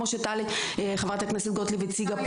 כמו שטלי גוטליב חברת הכנסת הציגה פה